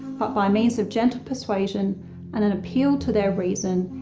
but by means of gentle persuasion and an appeal to their reason,